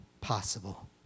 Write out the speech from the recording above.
possible